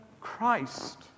Christ